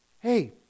Hey